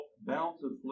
bountifully